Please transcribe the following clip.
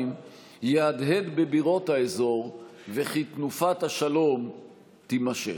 יהדהד בבירות האזור וכי תנופת השלום תימשך.